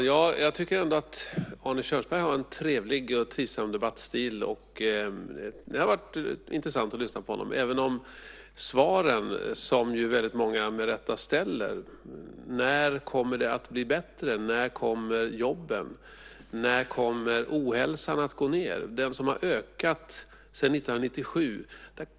Herr talman! Arne Kjörnsberg har en trevlig och trivsam debattstil. Det har varit intressant att lyssna på honom även om det inte blivit några svar på de frågor som många med rätta ställer. När kommer det att blir bättre? När kommer jobben? När kommer ohälsan att gå ned? Ohälsan har ökat sedan år 1997.